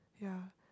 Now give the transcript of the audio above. yeah